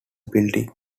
building